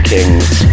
King's